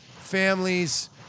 families